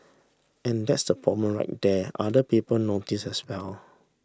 and that's the problem right there other people notice as well